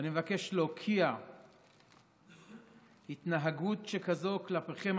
ואני מבקש להוקיע התנהגות שכזו כלפיכם,